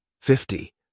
Fifty